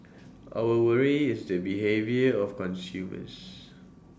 our worry is the behaviour of consumers